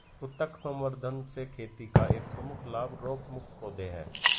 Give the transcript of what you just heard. उत्तक संवर्धन से खेती का एक प्रमुख लाभ रोगमुक्त पौधे हैं